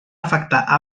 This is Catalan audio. afectar